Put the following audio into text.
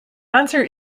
answer